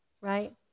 right